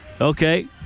Okay